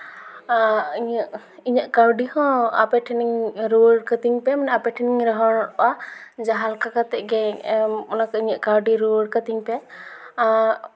ᱤᱧᱟᱹᱜ ᱤᱧᱟᱹᱜ ᱠᱟᱹᱣᱰᱤ ᱦᱚᱸ ᱟᱯᱮ ᱴᱷᱮᱱᱤᱧ ᱨᱩᱣᱟᱹᱲ ᱠᱟᱹᱛᱤᱧ ᱯᱮ ᱢᱟᱱᱮ ᱟᱯᱮ ᱴᱷᱮᱱᱤᱧ ᱱᱮᱦᱚᱨᱚᱜᱼᱟ ᱡᱟᱦᱟᱸᱞᱮᱠᱟ ᱠᱟᱛᱮ ᱜᱮ ᱚᱱᱟ ᱤᱧᱟᱹᱜ ᱠᱟᱹᱣᱰᱤ ᱨᱩᱣᱟᱹᱲ ᱠᱟᱹᱛᱤᱧ ᱯᱮ